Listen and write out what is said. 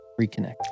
reconnect